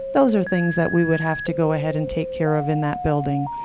those are things that we would have to go ahead and take care of in that building.